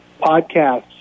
podcasts